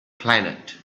planet